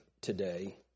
today